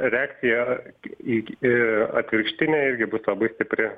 reakcija į atvirkštinė irgi bus labai stipri